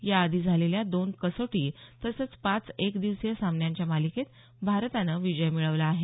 या आधी झालेल्या दोन कसोटी तसंच पाच एकदिवसीय सामन्यांच्या मालिकेत भारतानं विजय मिळवला आहे